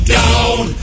down